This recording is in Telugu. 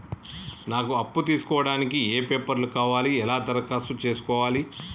నాకు అప్పు తీసుకోవడానికి ఏ పేపర్లు కావాలి ఎలా దరఖాస్తు చేసుకోవాలి?